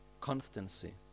constancy